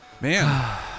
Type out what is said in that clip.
man